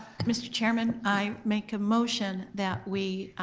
mr. chairman, i make a motion that we